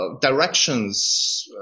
directions